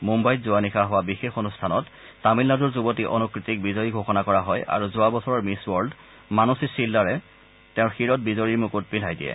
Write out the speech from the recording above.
মুন্বাইত যোৱা নিশা হোৱা বিশেষ অনুষ্ঠানত তামিলনাডুৰ যুৱতী অনুকৃতিক বিজয়ী ঘোষণা কৰা হয় আৰু যোৱা বছৰৰ মিছ ৱৰ্ল্ড মানুছি চিল্লাৰে তেওঁৰ শিৰত বিজয়ী মুকুট পিন্ধাই দিয়ে